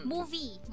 Movie